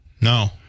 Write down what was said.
No